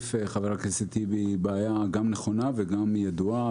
שמציף חבר הכנסת טיבי היא גם בעיה נכונה וגם בעיה ידועה,